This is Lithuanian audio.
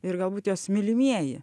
ir galbūt jos mylimieji